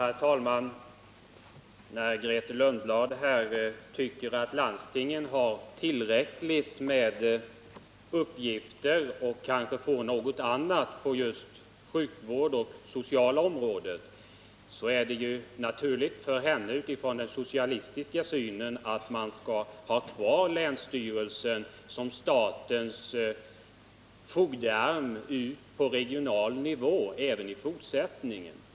Herr talman! Grethe Lundblad tycker att landstingen har tillräckligt med uppgifter och kanske får ytterligare på sjukvårdsområdet och det sociala området. Det är naturligt att hon med utgångspunkt från sin socialistiska syn anser att man skall ha kvar länsstyrelsen som statens fogdearm ut på regional nivå även i fortsättningen.